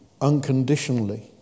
unconditionally